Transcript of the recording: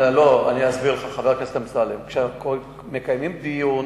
אני אסביר לך, חבר הכנסת אמסלם, כשמקיימים דיון